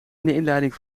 inleiding